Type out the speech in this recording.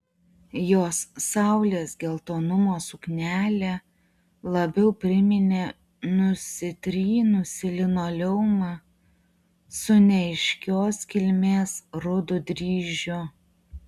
jos saulės geltonumo suknelė labiau priminė nusitrynusį linoleumą su neaiškios kilmės rudu dryžiu